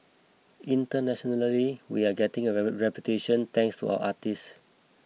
internationally we're getting a reputation thanks to our artists